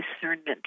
discernment